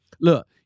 look